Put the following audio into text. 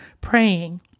praying